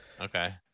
Okay